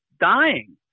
dying